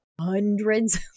hundreds